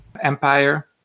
empire